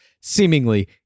seemingly